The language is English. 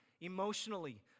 emotionally